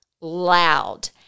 loud